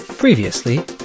previously